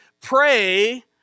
pray